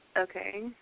okay